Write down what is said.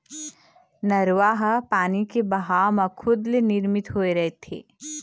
नरूवा ह पानी के बहाव म खुदे ले निरमित होए रहिथे